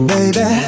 Baby